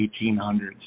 1800s